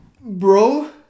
bro